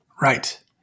Right